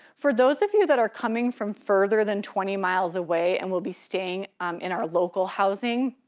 for those of you that are coming from further than twenty miles away and will be staying in our local housing,